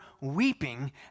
weeping